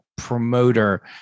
promoter